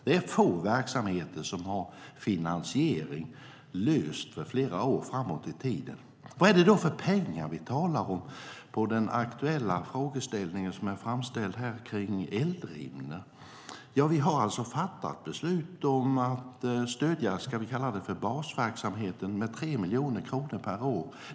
Det är få verksamheter som har finansieringen löst för flera år framåt. Vad är det då för pengar vi talar om när det gäller Eldrimner? Vi har fattat beslut om att stödja basverksamheten med 3 miljoner kronor per år.